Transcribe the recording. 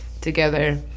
together